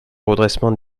redressement